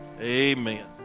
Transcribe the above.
amen